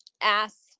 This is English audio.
ass